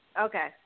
Okay